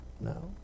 No